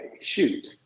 shoot